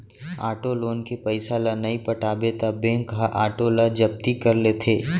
auto loan के पइसा ल नइ पटाबे त बेंक ह आटो ल जब्ती कर लेथे